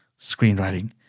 screenwriting